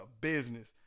business